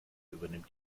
übernimmt